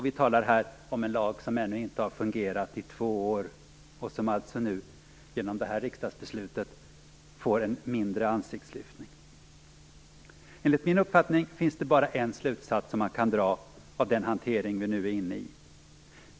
Vi talar här om en lag som ännu inte har fungerat i två år och som alltså nu genom detta riksdagsbeslut får en mindre ansiktslyftning. Enligt min uppfattning finns det bara en slutsats som man kan dra av den hantering vi nu är inne i.